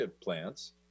plants